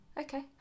Okay